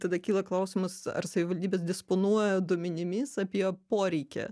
tada kyla klausimas ar savivaldybės disponuoja duomenimis apie poreikį